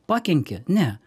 pakenkė ne